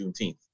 Juneteenth